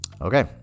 Okay